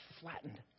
flattened